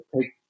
take